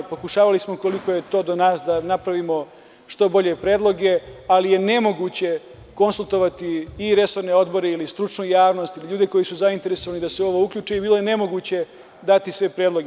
Pokušavali smo koliko je to do nas da napravimo što bolje predloge, ali je nemoguće konsultovati i resorne odbore ili stručnu javnost ili ljude koji su zainteresovani da se u ovo uključe i bilo je nemoguće dati sve predloge.